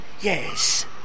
Yes